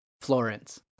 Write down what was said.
florence